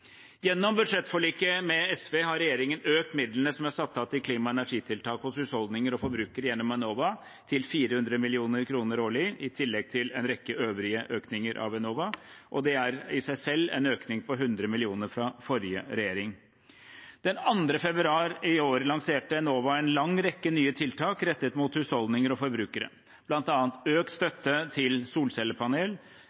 Gjennom budsjettforliket med SV har regjeringen økt midlene som er satt av til klima- og energitiltak hos husholdninger og forbrukere gjennom Enova, til 400 mill. kr årlig, i tillegg til en rekke øvrige økninger av Enova. Det er i seg selv en økning på 100 mill. kr fra forrige regjering. Den 2. februar i år lanserte Enova en lang rekke nye tiltak rettet mot husholdninger og forbrukere, bl.a. økt